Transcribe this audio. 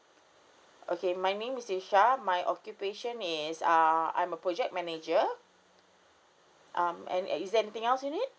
okay my name is tisha my occupation is uh I'm a project manager um and is there anything else you need